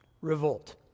revolt